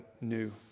new